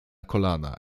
kolana